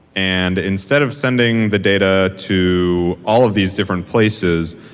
and instead of sending the data to all of these different places,